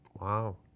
Wow